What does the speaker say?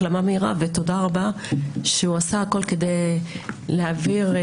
ותודה רבה שהוא עשה הכול כדי להעביר את